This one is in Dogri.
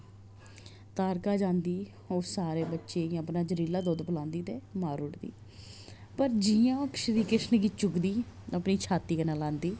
ताड़का जंदी ओह् सारे बच्चें गी अपना जैह्रीला दुद्ध पलांदी ऐ ते मारू ओड़दी पर जि'यां श्री कृष्ण गी चुक्कदी अपनी छाती कन्नै लांदी